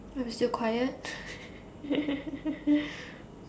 I'm still quiet